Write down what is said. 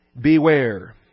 Beware